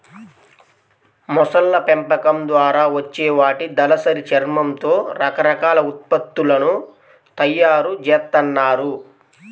మొసళ్ళ పెంపకం ద్వారా వచ్చే వాటి దళసరి చర్మంతో రకరకాల ఉత్పత్తులను తయ్యారు జేత్తన్నారు